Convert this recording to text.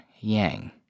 yang